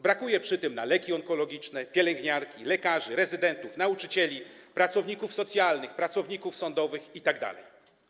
Brakuje przy tym na leki onkologiczne, pielęgniarki, lekarzy, rezydentów, nauczycieli, pracowników socjalnych, pracowników sądowych itd.